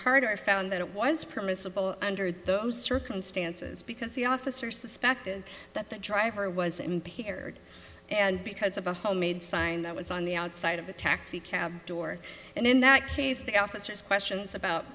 cardiff found that it was permissible under those circumstances because the officer suspected that the driver was impaired and because of a homemade sign that was on the outside of the taxi cab door and in that case the officers questions about